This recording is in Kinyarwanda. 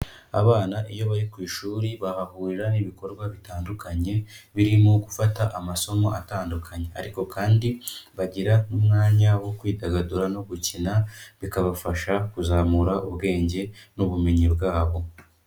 Abana iyo bari ku ishuri bahahurira n'ibikorwa bitandukanye, birimo gufata amasomo atandukanye, ariko kandi bagira n'umwanya wo kwidagadura no gukina, bikabafasha kuzamura ubwenge n'ubumenyi bwabo.